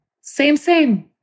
same-same